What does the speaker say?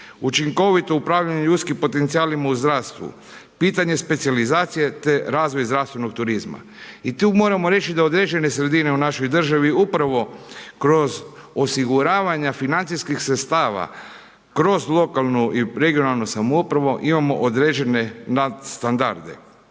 učinkovito upravljanje ljudskim potencijalima u zdravstvu, pitanje specijalizacije te razvoj zdravstvenog turizma. I tu moramo reći da određene sredine u našoj državi upravo kroz osiguravanja financijskih sredstava, kroz lokalnu i regionalnu samoupravu imamo određene nad standarde.